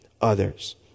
others